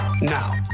Now